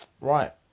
Right